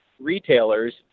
retailers